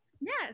Yes